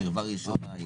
קרבה ראשונה,